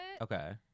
okay